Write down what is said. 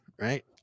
Right